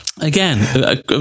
again